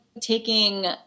taking